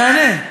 אענה.